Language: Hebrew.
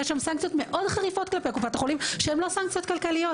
יש שם סנקציות מאוד חריפות כלפי קופת החולים שהן לא סנקציות כלכליות,